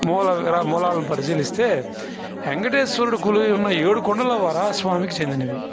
మూలాలు మూలాలను పరిశీలిస్తే వెంకటేశ్వరుడు కొలువైయున్న ఏడుకొండల వరాహ స్వామికి చెందినవి